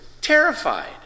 terrified